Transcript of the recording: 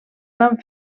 van